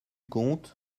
compte